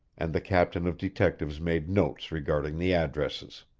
and the captain of detectives made notes regarding the addresses.